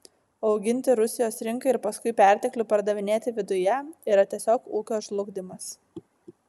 o auginti rusijos rinkai ir paskui perteklių pardavinėti viduje yra tiesiog ūkio žlugdymas